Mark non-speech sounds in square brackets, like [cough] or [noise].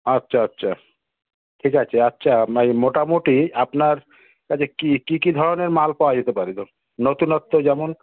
আচ্ছা আচ্ছা ঠিক আছে আচ্ছা [unintelligible] মোটামুটি আপনার কাছে কী কী কী ধরনের মাল পাওয়া যেতে পারে [unintelligible] নতুনত্ব যেমন